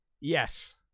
yes